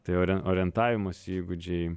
tai orien orientavimosi įgūdžiai